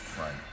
right